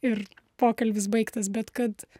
ir pokalbis baigtas bet kad